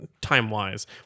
time-wise